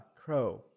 Crow